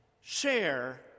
share